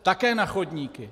Také na chodníky.